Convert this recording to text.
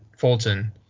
Fulton